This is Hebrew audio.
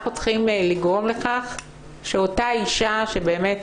אנחנו צריכים לגרום לכך שאותה אישה שבאמת